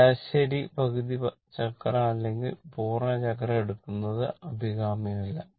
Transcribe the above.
ശരാശരി പകുതി ചക്രം അല്ലെങ്കിൽ പൂർണ്ണ ചക്രം എടുക്കുന്നത് അഭികാമ്യമല്ല